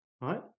right